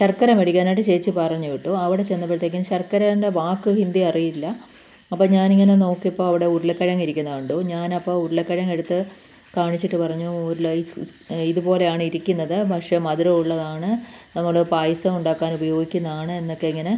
ശർക്കര മേടിക്കാനായിട്ട് ചേച്ചി പറഞ്ഞ് വിട്ടു അവിടെ ചെന്നപ്പഴത്തേക്കിനും ശർക്കരേൻ്റെ വാക്ക് ഹിന്ദി അറിയില്ല അപ്പം ഞാൻ ഇങ്ങനെ നോക്കിയപ്പോൾ അവിടെ ഉരുളക്കിഴങ്ങ് ഇരിക്കുന്നത് കണ്ടു ഞാൻ അപ്പോൾ ഉരുളക്കിഴങ്ങ് എടുത്ത് കാണിച്ചിട്ട് പറഞ്ഞു ഒരു ലൈറ്റ്സ് ഇതുപോലെയാണ് ഇരിക്കുന്നത് പക്ഷെ മധുരം ഉള്ളതാണ് നമ്മൾ പായസം ഉണ്ടാക്കാൻ ഉപയോഗിക്കുന്നതാണ് എന്നൊക്കെ ഇങ്ങനെ